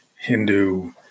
Hindu